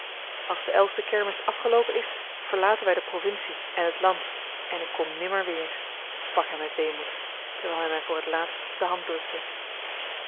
als de l sche kermis afgeloopen is verlaten wij de provincie en het land en ik kom er nimmer weer sprak hij met weemoed terwijl hij mij voor het laatst de hand drukte